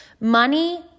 money